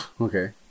Okay